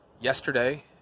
Yesterday